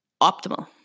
optimal